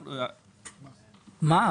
מה?